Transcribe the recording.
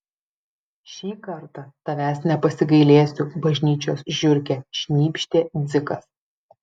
šį kartą tavęs nepasigailėsiu bažnyčios žiurke šnypštė dzikas